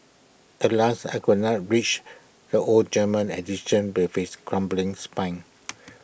Alas I could not reach the old German edition with its crumbling spine